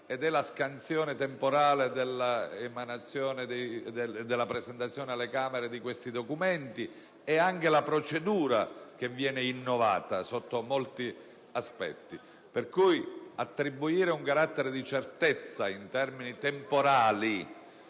e la scansione temporale della presentazione alle Camere di questi documenti nonché la procedura che sotto molti aspetti viene innovata. Pertanto, attribuire un carattere di certezza in termini temporali